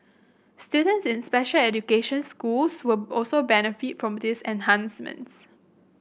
students in special education schools will also benefit from these enhancements